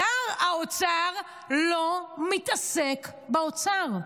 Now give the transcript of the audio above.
שר האוצר לא מתעסק באוצר.